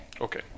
Okay